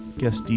guest